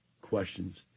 questions